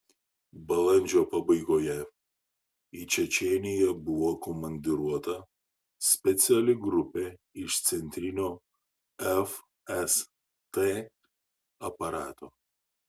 balandžio pabaigoje į čečėniją buvo komandiruota speciali grupė iš centrinio fst aparato